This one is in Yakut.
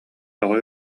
тоҕо